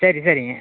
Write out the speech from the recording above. சரி சரிங்க